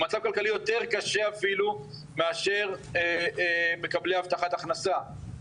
הוא מצב כלכלי יותר קשה אפילו מאשר מקבלי הבטחת הכנסה,